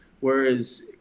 Whereas